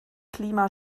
klima